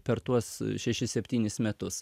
per tuos šešis septynis metus